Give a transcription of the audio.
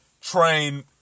train